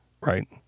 right